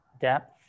depth